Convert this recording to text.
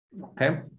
Okay